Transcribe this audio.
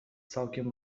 całkiem